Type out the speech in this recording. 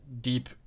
deep